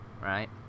right